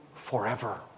Forever